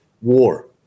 war